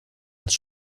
als